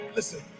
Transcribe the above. Listen